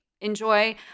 enjoy